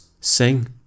sing